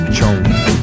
Chomp